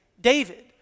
David